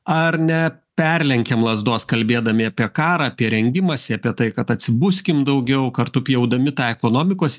ar neperlenkiam lazdos kalbėdami apie karą apie rengimąsi apie tai kad atsibuskim daugiau kartu pjaudami tą ekonomikos